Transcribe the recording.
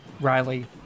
Riley